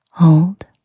Hold